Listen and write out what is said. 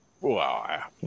Wow